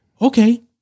Okay